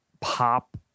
pop